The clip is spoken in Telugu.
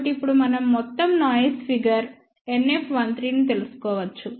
కాబట్టి ఇప్పుడు మనం మొత్తం నాయిస్ ఫిగర్ NF13 ను తెలుసుకోవచ్చు